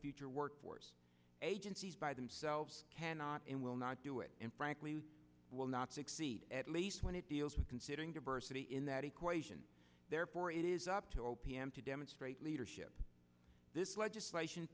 future workforce agencies by themselves cannot and will not do it and frankly you will not succeed at least when it deals with considering diversity in that equation therefore it is up to o p m to demonstrate leadership this legislation